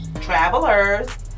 Travelers